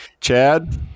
Chad